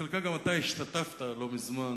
שבחלקה גם אתה השתתפת בה לא מזמן,